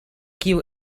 kiu